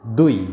दुई